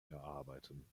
erarbeiten